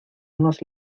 unos